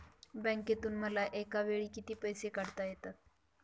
बँकेतून मला एकावेळी किती पैसे काढता येतात?